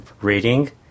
reading